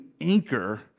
anchor